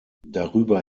darüber